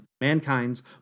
mankind's